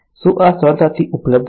શું આ સરળતાથી ઉપલબ્ધ છે